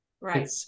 Right